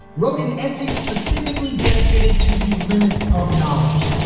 wrote an essay specifically dedicated to the limits of knowledge.